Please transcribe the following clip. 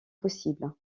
possible